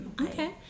Okay